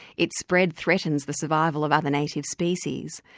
its spread threatened the survival of other native species.